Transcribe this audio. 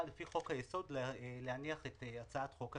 לפי חוק היסוד להניח את הצעת חוק התקציב.